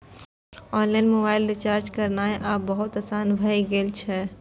online mobile recharge करनाय आब बहुत आसान भए गेल छै